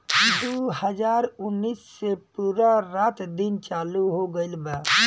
दु हाजार उन्नीस से पूरा रात दिन चालू हो गइल बा